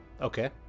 Okay